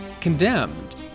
condemned